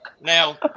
Now